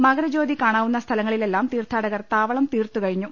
മകരജ്യോതി കാണാവുന്ന സ്ഥലങ്ങളിലെല്ലാം തീർത്ഥാടകർ താവ ളം തീർത്തുകഴിഞ്ഞു